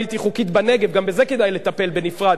גם בזה כדאי לטפל בנפרד,